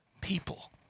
people